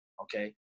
Okay